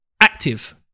active